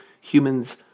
humans